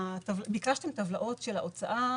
ביקשתם טבלאות של ההוצאה